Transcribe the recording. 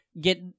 get